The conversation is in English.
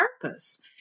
purpose